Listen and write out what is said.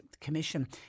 commission